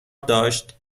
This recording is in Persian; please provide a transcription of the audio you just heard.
داشت